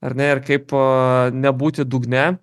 ar ne ir kaip nebūti dugne